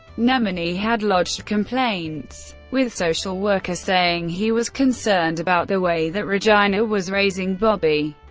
nemenyi had lodged complaints with social workers, saying he was concerned about the way that regina was raising bobby,